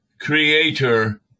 creator